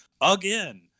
Again